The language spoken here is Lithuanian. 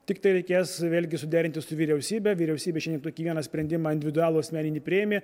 tiktai reikės vėlgi suderinti su vyriausybe vyriausybė šiandien tokį vieną sprendimą individualų asmeninį priėmė